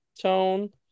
tone